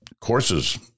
courses